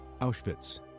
Auschwitz